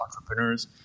entrepreneurs